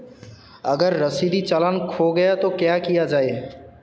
अगर रसीदी चालान खो गया तो क्या किया जाए?